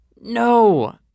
No